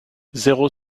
zéro